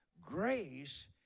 Grace